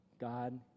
god